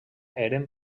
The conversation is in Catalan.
eren